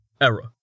Error